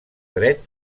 dret